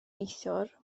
neithiwr